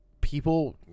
people